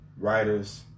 writers